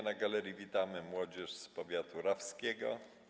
Na galerii witamy młodzież z powiatu rawskiego.